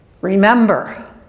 Remember